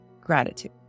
gratitude